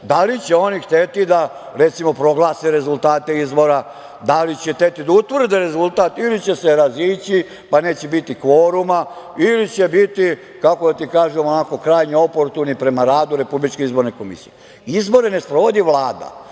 da li će oni hteti da, recimo, proglase rezultate izbora, da li će hteti da utvrde rezultat ili će se razići pa neće biti kvoruma, ili će biti, kako da ti kažem, krajnje oportuni prema radu RIK.Izbore ne sprovodi Vlada.